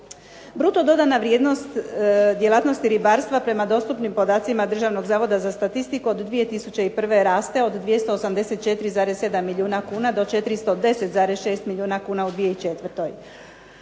Bruto dodana vrijednost djelatnosti ribarstva prema dostupnim podacima Državnog zavoda za statistiku od 2001. raste od 284,7 milijuna kuna do 410,6 milijuna kuna u 2004.